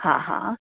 हा हा